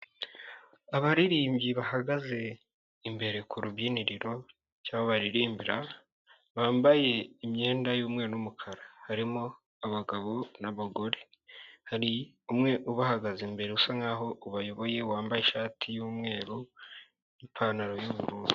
Abaririmbyi bahagaze imbere ku rubyiniriro, cyangwa aho bariririmbira, bambaye imyenda y'umweru n'umukara, harimo abagabo n'abagore, hari umwe bahagaze imbere usa nk'aho ubayoboye wambaye ishati y'umweru n'ipantaro y'ubururu.